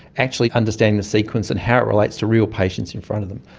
actually understanding the sequence and how it relates to real patients in front of them.